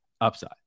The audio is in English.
upside